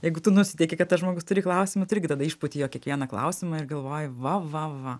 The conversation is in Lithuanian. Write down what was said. jeigu tu nusiteiki kad tas žmogus turi klausimų tu irgi tada išpūti jo kiekvieną klausimą ir galvoji va va va